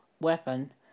weapon